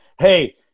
hey